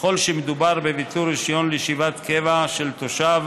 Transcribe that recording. ככל שמדובר בביטול רישיון לישיבת קבע של תושב